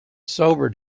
sobered